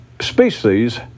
species